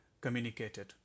communicated